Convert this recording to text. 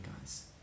guys